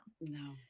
no